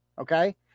Okay